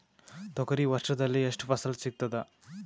ತೊಗರಿ ವರ್ಷದಲ್ಲಿ ಎಷ್ಟು ಫಸಲ ಸಿಗತದ?